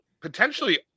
Potentially